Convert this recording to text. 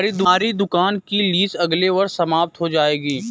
हमारी दुकान की लीस अगले वर्ष समाप्त हो जाएगी